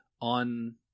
on